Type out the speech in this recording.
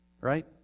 right